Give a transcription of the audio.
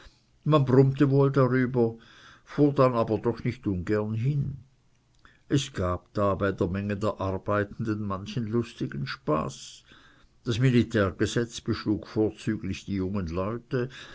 man brummte wohl darüber fuhr aber denn doch nicht ungern hin es gab da bei der menge der arbeitenden manchen lustigen spaß das militärgesetz beschlug vorzüglich die jungen leute